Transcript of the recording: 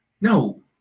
No